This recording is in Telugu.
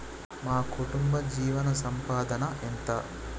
మా కుటుంబ జీవన సంపాదన ఎంత?